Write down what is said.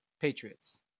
Patriots